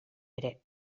ere